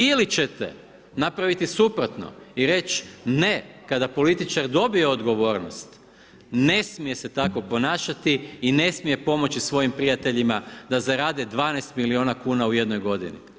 Ili ćete napraviti suprotno i reći, ne, kada političar dobije odgovornost, ne smije se tako ponašati i ne smije pomoći svojim prijateljima da zarade 12 milijuna kuna u jednoj godini.